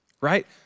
right